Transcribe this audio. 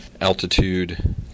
Altitude